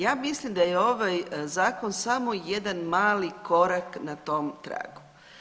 Ja mislim da je ovaj zakon samo jedan mali korak na tom tragu.